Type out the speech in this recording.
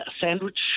sandwich